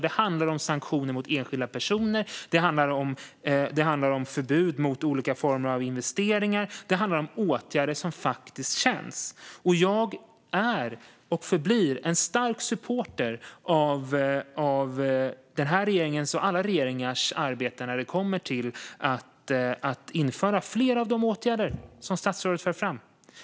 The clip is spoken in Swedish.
Det handlar om sanktioner mot enskilda personer och förbud mot olika former av investeringar, det vill säga åtgärder som faktiskt känns. Jag är och förblir en stark supporter av denna regerings och alla andra regeringars arbete för att införa fler av de åtgärder statsrådet för fram.